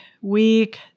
week